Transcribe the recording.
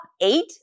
eight